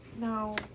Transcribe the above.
now